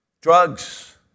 drugs